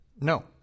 No